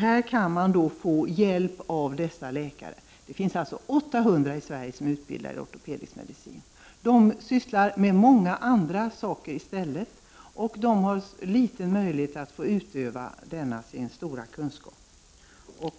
Här kan läkare med utbildning i ortopedisk medicin vara till hjälp. Det finns alltså 800 läkare i Sverige som är utbildade i ortopedisk medicin. De sysslar med många andra saker i stället, och de Kar liten möjlighet att få praktisera denna sin stora kunskap.